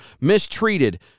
mistreated